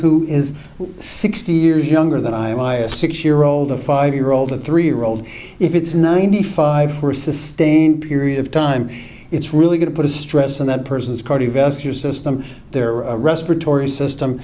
who is sixty years younger than i am i a six year old a five year old a three year old if it's ninety five for a sustained period of time it's really going to put a stress on that person's cardiovascular system there are a respiratory system